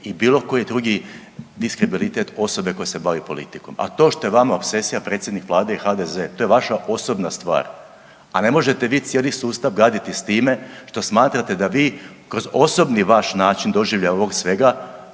i bilo koji drugi diskredibilitet osobe koja se bavi politikom. A to što je vama opsesija predsjednik Vlade i HDZ-e to je vaša osobna stvar. A ne možete vi cijeli sustav gaditi s time što smatrate da vi kroz osobni vaš način doživljaja ovog svega